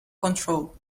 control